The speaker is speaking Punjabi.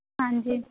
ਹਾਂਜੀ